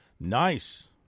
Nice